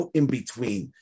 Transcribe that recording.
in-between